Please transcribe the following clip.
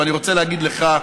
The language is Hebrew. ואני רוצה להגיד לך,